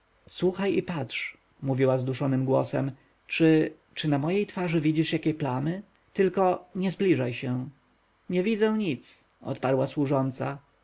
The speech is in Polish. słuchaj i patrz mówiła zduszonym głosem czy czy na mojej twarzy widzisz jakie plamy tylko nie zbliżaj się nie widzę nic odparła służąca